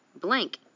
Blank